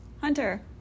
Hunter